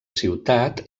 ciutat